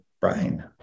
brain